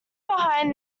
behind